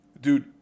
dude